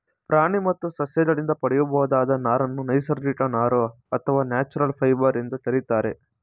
ಪ್ರಾಣಿ ಮತ್ತು ಸಸ್ಯಗಳಿಂದ ಪಡೆಯಬಹುದಾದ ನಾರನ್ನು ನೈಸರ್ಗಿಕ ನಾರು ಅಥವಾ ನ್ಯಾಚುರಲ್ ಫೈಬರ್ ಎಂದು ಕರಿತಾರೆ